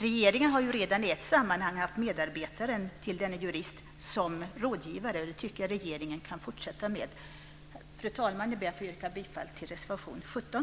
Regeringen har redan i något sammanhang haft medarbetaren till denne jurist som rådgivare. Det tycker jag att regeringen kan fortsätta med. Fru talman! Jag yrkar bifall till reservation 17.